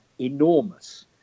enormous